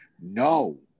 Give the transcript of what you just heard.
No